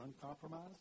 uncompromised